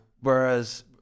Whereas